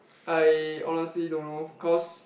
I honestly don't know cause